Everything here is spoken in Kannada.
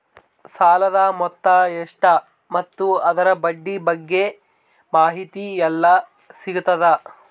ಸಾಲದ ಮೊತ್ತ ಎಷ್ಟ ಮತ್ತು ಅದರ ಬಡ್ಡಿ ಬಗ್ಗೆ ಮಾಹಿತಿ ಎಲ್ಲ ಸಿಗತದ?